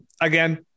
Again